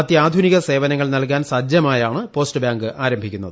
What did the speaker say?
അത്യാധുനിക സേവനങ്ങൾ നൽകാൻ സജ്ജമായാണ് പോസ്റ്റ് ബാങ്ക് ആരംഭിക്കുന്നത്